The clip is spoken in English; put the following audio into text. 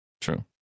True